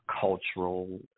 cultural